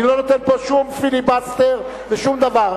אני לא נותן פה שום פיליבסטר ושום דבר.